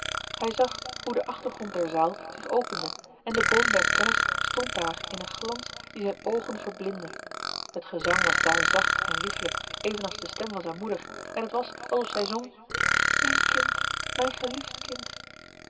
hij zag hoe de achtergrond der zaal zich opende en de boom der kennis stond daar in een glans die zijn oogen verblindde het gezang was daar zacht en liefelijk evenals de stem van zijn moeder en het was alsof zij zong mijn kind mijn geliefd kind